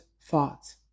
thoughts